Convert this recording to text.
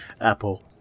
apple